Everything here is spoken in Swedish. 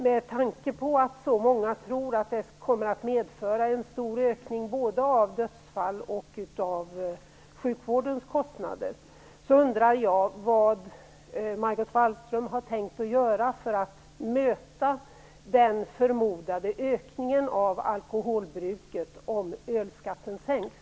Med tanke på att så många tror att det kommer att medföra en stor ökning både av dödsfall och av sjukvårdens kostnader, undrar jag vad Margot Wallström har tänkt göra för att möta den förmodade ökningen av alkoholbruket om ölskatten sänks.